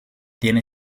tiene